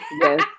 Yes